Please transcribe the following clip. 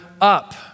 up